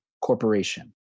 corporation